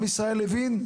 עם ישראל הבין?